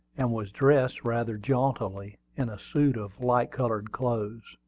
and was dressed rather jauntily in a suit of light-colored clothes.